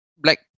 black